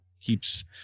keeps